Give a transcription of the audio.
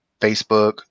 Facebook